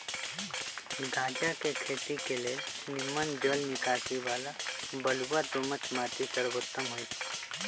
गञजा के खेती के लेल निम्मन जल निकासी बला बलुआ दोमट माटि सर्वोत्तम होइ छइ